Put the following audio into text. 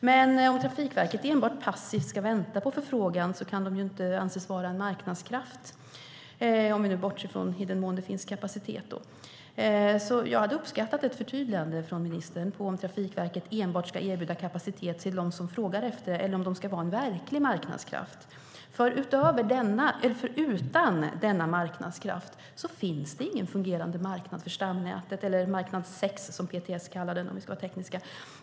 Men om Trafikverket enbart passivt ska vänta på förfrågan kan de ju inte anses vara en marknadskraft, om vi nu bortser från i den mån det finns kapacitet. Jag hade uppskattat ett förtydligande från ministern när det gäller om Trafikverket enbart ska erbjuda kapacitet till dem som frågar efter det eller om de ska vara en verklig marknadskraft, för utan denna marknadskraft finns det ingen fungerande marknad för stamnätet eller marknad 6, som PTS kallar den och om vi ska vara tekniska.